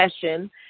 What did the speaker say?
session